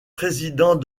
président